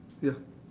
ya